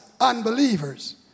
unbelievers